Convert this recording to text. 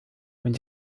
und